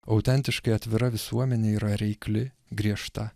autentiškai atvira visuomenė yra reikli griežta